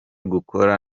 gukora